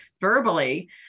verbally